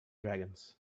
dragons